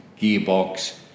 gearbox